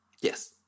Yes